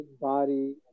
body